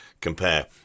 compare